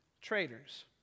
traitors